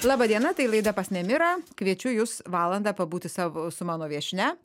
laba diena tai laida pas nemirą kviečiu jus valandą pabūti savo su mano viešnia